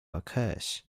occurs